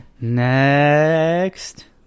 Next